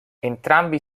entrambi